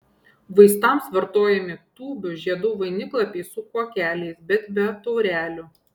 vaistams vartojami tūbių žiedų vainiklapiai su kuokeliais bet be taurelių